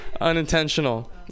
unintentional